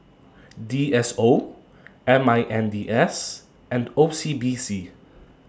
D S O M I N D S and O C B C